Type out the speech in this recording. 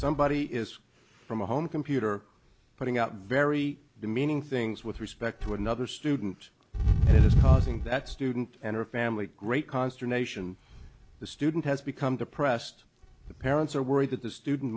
somebody is from a home computer putting out very demeaning things with respect to another student and it is causing that student and her family great consternation the student has become depressed the parents are worried that the student